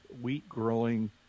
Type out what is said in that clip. wheat-growing